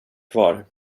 kvar